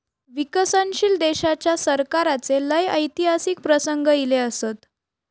विकसनशील देशाच्या सरकाराचे लय ऐतिहासिक प्रसंग ईले असत